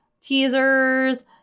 teasers